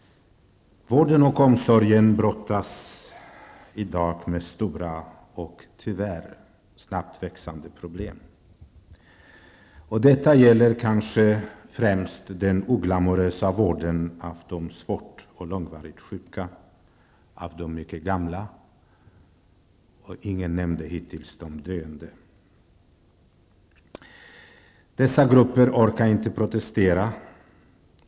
Vården och omsorgen brottas i dag med stora och tyvärr snabbt växande problem. Detta gäller kanske främst den oglamourösa vården av svårt och långvarigt sjuka, vården av de mycket gamla och döende, som ingen hittills nämnt. Dessa orkar inte protestera.